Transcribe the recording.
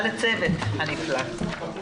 הישיבה ננעלה בשעה